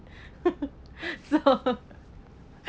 so